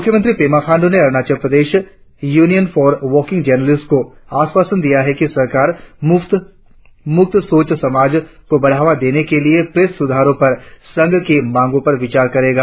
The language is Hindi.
मुख्यमंत्री पेमा खाण्डु ने Arunachal Pradesh union for working journalist को आश्वासन दिया है कि सरकार मुक्त सोच समाज को बढ़ावा देने के लिए प्रेस सुधारों पर संघ की मांग पर विचार करेगी